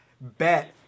bet